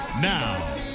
Now